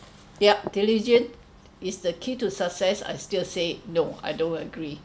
yup diligence is the key to success I still say no I don't agree